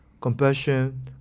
compassion